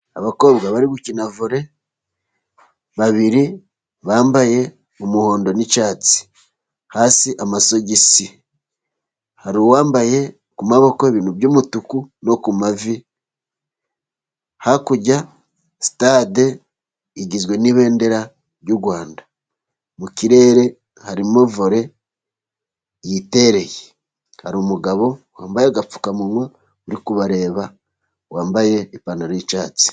Abakobwa bari gukina vole, babiri bambaye umuhondo n'icyatsi hasi amasogisi hari uwambaye ku maboko ibintu by'umutuku no ku mavi. Hakurya sitade igizwe n'ibendera ry'u Rwanda. Mu kirere harimo vole yitereye. Hari umugabo wambaye agapfukamunwa uri kubareba wambaye ipantaro y'icyatsi.